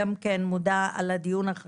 וזה מידע ממשרד הבריאות הוא מידע מאוד מאוד